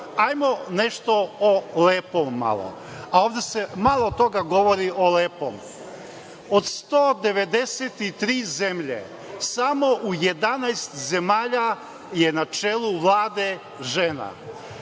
nešto malo o lepom, a ovde se malo toga govori o lepom. Od 193 zemlje, samo u 11 zemalja je na čelu Vlade žena.